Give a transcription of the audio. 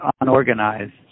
unorganized